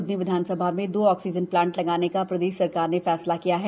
ब्धनी विधानसभा में दो ऑक्सीजन प्लांट लगाने का प्रदेश सरकार ने फैसला किया है